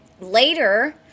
Later